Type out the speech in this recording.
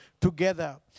together